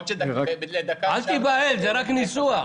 אל תיבהל, זה רק ניסוח.